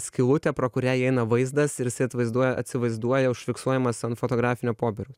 skylutė pro kurią įeina vaizdas ir jis atvaizduoja atsivaizduoja užfiksuojamas ant fotografinio popieriaus